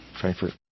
Frankfurt